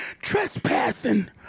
Trespassing